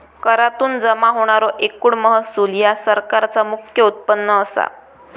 करातुन जमा होणारो एकूण महसूल ह्या सरकारचा मुख्य उत्पन्न असा